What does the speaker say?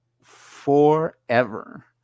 forever